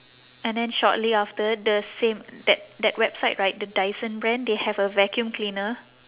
and then shortly after the same that that website right the dyson brand they have a vacuum cleaner